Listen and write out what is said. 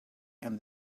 and